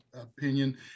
opinion